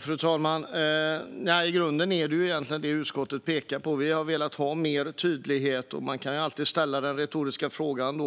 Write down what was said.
Fru talman! I grunden handlar det om det som utskottet pekar på. Vi har velat ha mer tydlighet. Man kan alltid ställa den retoriska frågan: